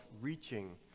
reaching